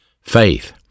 faith